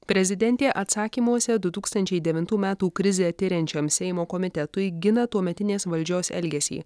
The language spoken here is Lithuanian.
prezidentė atsakymuose du tūkstančiai devintų metų krizę tiriančiam seimo komitetui gina tuometinės valdžios elgesį